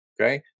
Okay